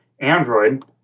android